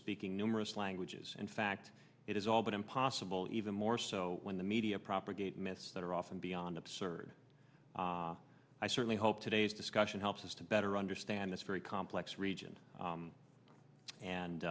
speaking numerous languages in fact it is all but impossible even more so when the media propagate myths that are often beyond absurd i certainly hope today's discussion helps us to better understand this very complex region